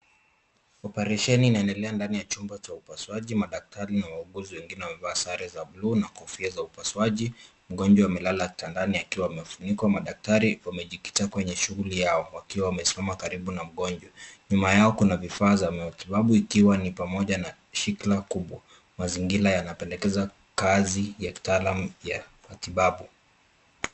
Operesheni inaendelea ndani ya chumba cha upasuaji, madaktari na wauguzi wengine wamevaa sare za buluu na kofia za upasuaji. Mgonjwa amelala kitandani akiwa amefunikwa. Madaktari wamejikita kwenye shughuli yao, wakiwa wamesimama karibu na mgonjwa , nyuma yao kuna vifaa vya matibabu, ikiwa ni pamoja na shikila kubwa. Mazingira yanapendekeza kazi ya kitaalamu ya matibabu.